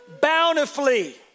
Bountifully